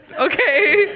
okay